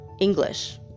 English